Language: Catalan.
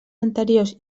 anteriors